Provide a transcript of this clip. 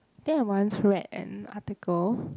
think I once read an article